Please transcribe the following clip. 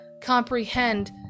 comprehend